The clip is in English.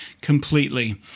completely